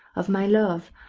of my love